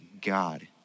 God